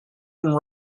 and